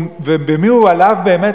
ובמי הוא עלב באמת?